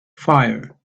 fire